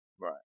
Right